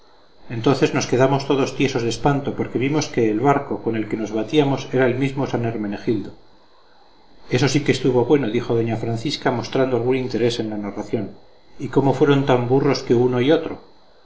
entonces nos quedamos todos tiesos de espanto porque vimos que el barco con que nos batíamos era el mismo san hermenegildo eso sí que estuvo bueno dijo doña francisca mostrando algún interés en la narración y cómo fueron tan burros que uno y otro